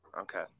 Okay